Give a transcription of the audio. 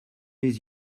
les